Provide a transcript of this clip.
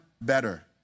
better